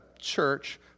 church